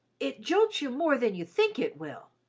it jolts you more than you think it will,